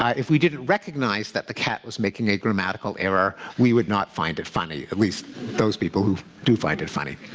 ah if we didn't recognise that the cat was making a grammatical error, we would not find it funny, at least those people who do find it funny.